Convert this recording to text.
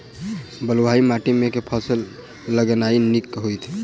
बलुआही माटि मे केँ फसल लगेनाइ नीक होइत?